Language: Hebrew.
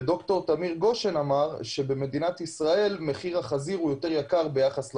וד"ר תמיר גשן אמר שבמדינת ישראל מחיר החזיר יותר יקר ביחס לעולם.